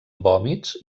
vòmits